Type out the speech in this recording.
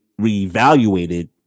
reevaluated